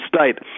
state